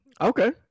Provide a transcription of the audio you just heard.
Okay